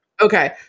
Okay